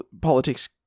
politics